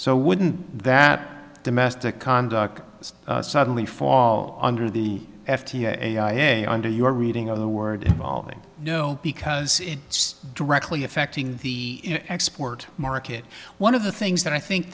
so wouldn't that domestic conduct is suddenly fall under the f d a under your reading of the word involving no because it's directly affecting the export market one of the things that i think